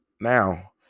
now